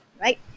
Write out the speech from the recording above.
right